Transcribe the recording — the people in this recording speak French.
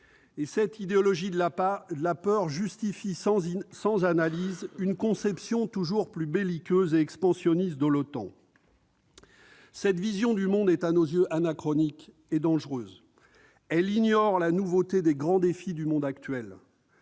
Cette idéologie de la peur ne s'accompagnant pas d'analyses justifie une conception toujours plus belliqueuse et expansionniste de l'OTAN. Cette vision du monde est, à nos yeux, anachronique et dangereuse. Elle ignore la nouveauté des grands défis du monde actuel.